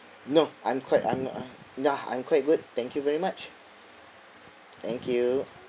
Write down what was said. no I'm quite I'm I'm uh ya I'm quite good thank you very much thank you